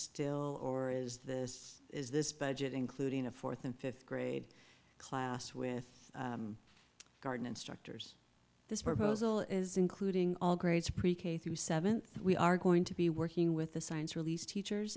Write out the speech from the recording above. still or is this is this budget including a fourth and fifth grade class with garden instructors this proposal is including all grades pre k through seventh we are going to be working with the science released teachers